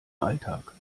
alltag